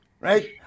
right